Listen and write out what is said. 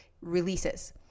releases